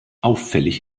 auffällig